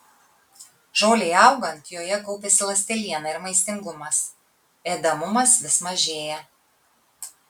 žolei augant joje kaupiasi ląsteliena ir maistingumas ėdamumas vis mažėja